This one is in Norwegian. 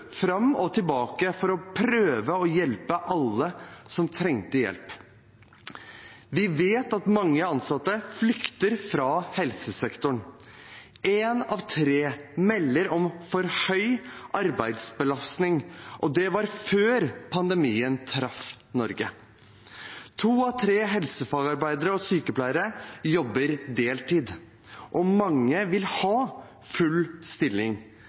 fram og tilbake for å prøve å hjelpe alle som trengte hjelp. Vi vet at mange ansatte flykter fra helsesektoren. Én av tre melder om for høy arbeidsbelastning – og det var før pandemien traff Norge. To av tre helsefagarbeidere og sykepleiere jobber deltid, og mange vil ha full stilling,